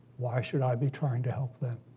why should i be trying to help them?